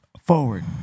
Forward